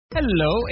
Hello